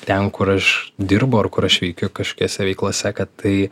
ten kur aš dirbu ar kur aš veikiu kažkiose veiklose kad tai